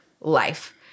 life